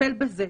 נטפל בזה?